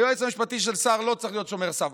היועץ המשפטי של שר לא צריך להיות שומר סף,